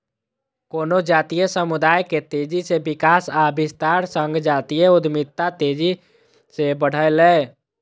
कोनो जातीय समुदाय के तेजी सं विकास आ विस्तारक संग जातीय उद्यमिता तेजी सं बढ़लैए